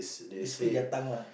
they speak their tongue lah